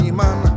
man